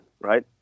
right